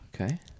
Okay